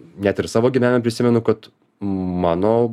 net ir savo gyvenime prisimenu kad mano